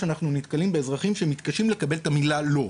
אנחנו נתקלים באזרחים שמתקשים לקבל את המילה "לא".